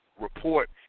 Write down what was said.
report